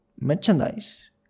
merchandise